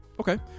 okay